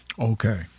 Okay